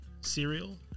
cereal